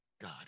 God